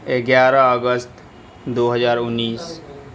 اگیارہ اگست دو ہزار انیس